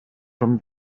from